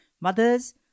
Mothers